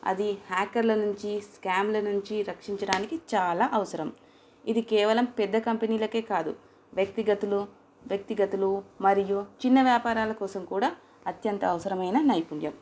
అది హ్యాకర్ల నుంచి స్కామ్ల నుంచి రక్షించడానికి చాలా అవసరం ఇది కేవలం పెద్ద కంపెనీలకే కాదు వ్యక్తిగతలు వ్యక్తిగతులు మరియు చిన్న వ్యాపారాల కోసం కూడా అత్యంత అవసరమైన నైపుణ్యం